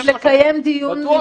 אני מצטרפת ל --- לקיים דיון נוסף